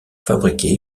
fabriqué